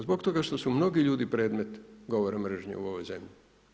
Zbog toga što su mnogi ljudi predmet govora mržnje u ovoj zemlji.